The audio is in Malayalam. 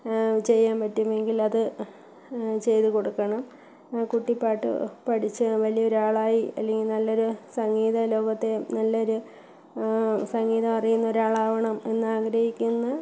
ചെയ്യാന് പറ്റുമെങ്കിൽ അത് ചെയ്ത് കൊടുക്കണം കുട്ടി പാട്ട് പഠിച്ച് വലിയൊരാളായി അല്ലെങ്കില് നല്ലൊരു സംഗീത ലോകത്തെ നല്ലൊരു സംഗീതം അറിയുന്നൊരാളാവണം എന്നാഗ്രഹിക്കുന്ന